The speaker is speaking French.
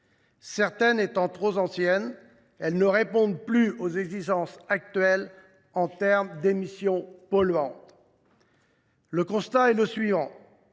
dernières étant trop anciennes, elles ne répondent plus aux exigences actuelles en termes d’émissions polluantes. Voici le constat